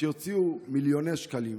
כשהוציאו מיליוני שקלים,